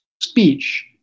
speech